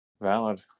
valid